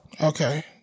Okay